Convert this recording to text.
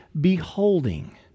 beholding